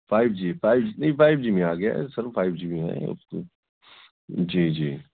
five G five G نہیں five G میں آ گیا ہے سر فائیو جی میں ہے اس میں جی جی